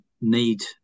need